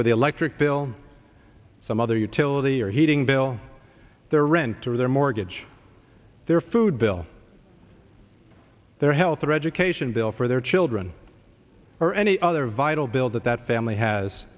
for the electric bill some other utility or heating bill their rent or their mortgage their food bill their health their education bill for their children or any other vital bills that that family has